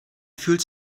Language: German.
fühlt